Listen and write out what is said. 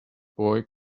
boy